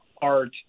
art